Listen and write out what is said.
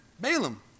Balaam